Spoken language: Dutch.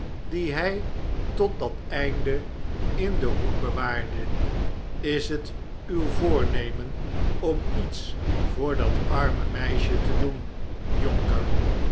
dien hij tot dat einde in den hoed bewaarde is het uw voornemen om iets voor dat arme meisje te doen jonker